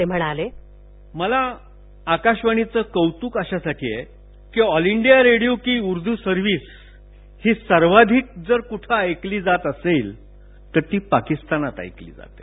ते म्हणाले मला आकाशवाणीचं कौतुक अशासाठी आहे की ऑल इंडिया ऊर्दू सर्व्हिस हि सर्वाधिक कुठे ऐकली जात असेल तर ती पाकिस्तानात ऐकली जाते